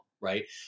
right